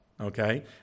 Okay